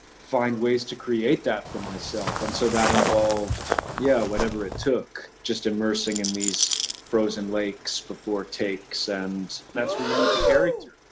find ways to create that for myself. and so that involved, yeah, whatever it took, just immersing in these frozen lakes before takes and that's where you meet the character.